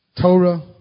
Torah